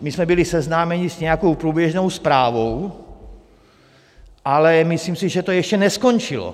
My jsme byli seznámeni s nějakou průběžnou zprávou, ale myslím si, že to ještě neskončilo.